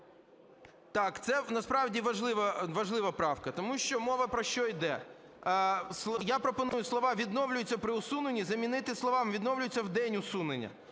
Так, це насправді важлива правка, тому що мова про що йде? Я пропоную слова "відновлюються при усуненні" замінити словами "відновлюються в день усунення".